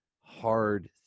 hard